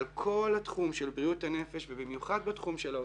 על כל התחום של בריאות הנפש ובמיוחד בתחום של האוטיזם,